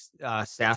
SaaS